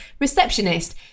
receptionist